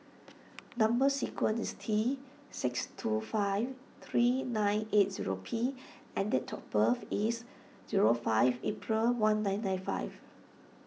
Number Sequence is T six two five three nine eight zero P and date of birth is zero five April one nine nine five